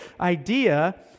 idea